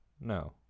no